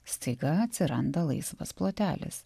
staiga atsiranda laisvas plotelis